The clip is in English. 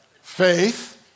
Faith